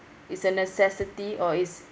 it's a necessity or it's